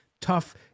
tough